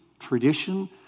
Tradition